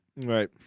Right